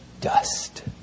dust